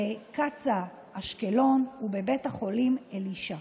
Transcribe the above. בקצא"א באשקלון, ובבית החולים אלישע.